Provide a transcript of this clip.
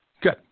Good